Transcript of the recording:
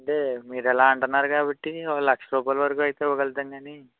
అంటే మీరు అలా అంటున్నారు కాబట్టి ఒక లక్షరూపాయలు వరకు అయితే ఇవ్వగలుతాము కానీ